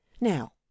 Now